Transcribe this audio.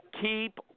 keep